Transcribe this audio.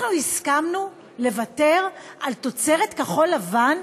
אנחנו הסכמנו לוותר על תוצרת כחול-לבן,